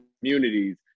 communities